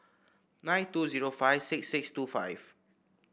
nine two zero five six six two five